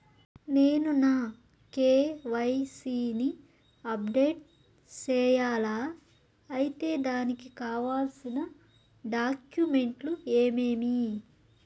నేను నా కె.వై.సి ని అప్డేట్ సేయాలా? అయితే దానికి కావాల్సిన డాక్యుమెంట్లు ఏమేమీ?